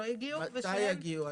מתי יגיעו התקנות?